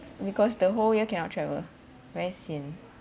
because the whole year cannot travel very sian